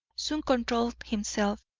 soon controlled himself,